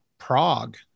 Prague